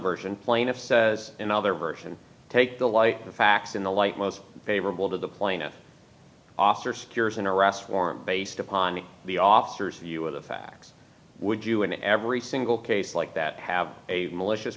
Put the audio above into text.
version plaintiff says another version takes the light the facts in the light most favorable to the plaintiff officer secures an arrest warrant based upon the officers you with the facts would you in every single case like that have a malicious